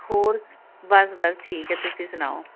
ਹੋਰ ਬਸ ਬਸ ਠੀਕ ਹੈ ਤੁਸੀਂ ਸੁਣਾਓ